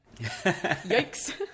Yikes